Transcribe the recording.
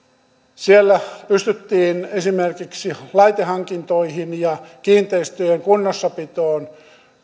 siellä pystyttiin esimerkiksi laitehankintoihin ja kiinteistöjen kunnossapitoon